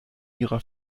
ihrer